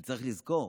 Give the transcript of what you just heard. וצריך לזכור,